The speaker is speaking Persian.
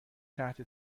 تحت